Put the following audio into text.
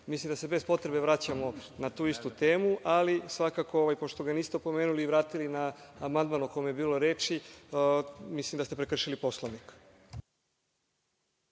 Mislim da se bez potrebe vraćamo na tu istu temu, ali, svakako, pošto ga niste opomenuli i vratili na amandman o kome je bilo reči, mislim da ste prekršili Poslovnik.